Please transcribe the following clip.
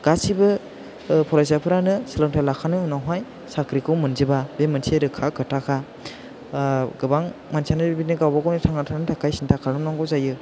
गासैबो फरायसाफोरानो सोलोंथाइ लाखांनायनि उनाव हाय साख्रिखौ मोनजोबा बे मोनसे रोखा खोथाखा गोबां मानसियानो बेबादिनो गावबा गावनि थांना थानो थाखाय सिन्था खालामनांगौ जायो